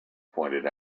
pointed